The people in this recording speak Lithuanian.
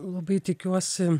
labai tikiuosi